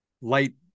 light